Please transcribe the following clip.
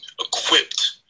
equipped